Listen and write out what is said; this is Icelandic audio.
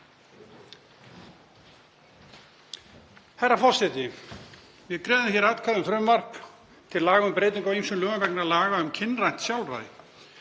Herra forseti. Við greiðum hér atkvæði um frumvarp til laga um breytingu á ýmsum lögum vegna laga um kynrænt sjálfræði.